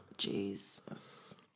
Jesus